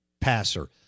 passer